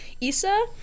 Issa